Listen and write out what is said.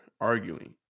arguing